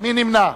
מי נמנע?